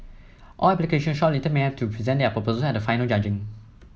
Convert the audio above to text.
all applications shortlisted may have to present their proposals at the final judging